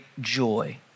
joy